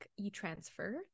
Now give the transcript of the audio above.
eTransfer